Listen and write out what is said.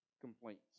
complaints